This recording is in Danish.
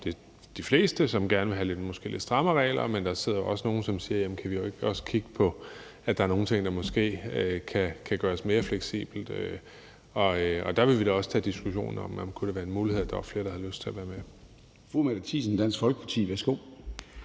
de fleste – som gerne vil have måske lidt strammere regler, men der sidder også nogle, som siger, om vi ikke også kan kigge på, at der er nogle ting, der måske kan gøres mere fleksible. Og der vil vi da også tage diskussionen, om det kunne være en mulighed at få flere med, hvis der var flere, der havde lyst til det. Kl. 16:04 Formanden (Søren Gade): Fru Mette Thiesen, Dansk Folkeparti, værsgo.